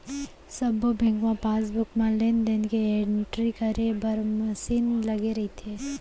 सब्बो बेंक म पासबुक म लेन देन के एंटरी करे बर मसीन लगे रइथे